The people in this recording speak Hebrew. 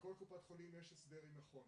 לכל קופת חולים יש הסדר עם מכון